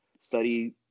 study